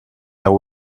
their